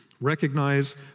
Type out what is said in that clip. Recognize